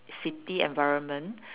city environment